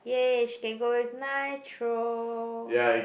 yay she can go with Nitro